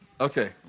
Okay